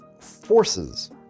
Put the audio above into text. forces